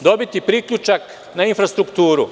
dobiti priključak na infrastrukturu.